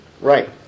Right